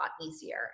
easier